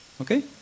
Okay